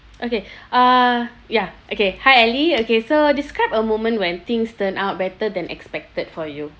okay uh ya okay hi elly okay so describe a moment when things turn out better than expected for you